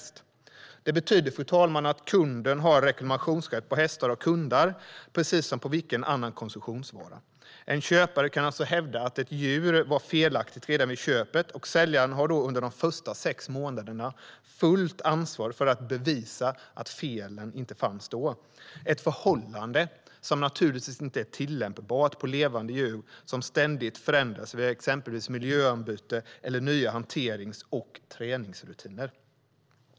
Det betyder, fru talman, att kunden har reklamationsrätt på hästar och hundar, precis som på vilken annan konsumtionsvara som helst. En köpare kan alltså hävda att ett djur var felaktigt redan vid köpet, och säljaren har då under de första sex månaderna fullt ansvar för att bevisa att felen inte fanns då. Detta förhållande är naturligtvis inte tillämpbart på levande djur, som ständigt förändras vid exempelvis miljöombyte eller nya hanterings eller träningsrutiner.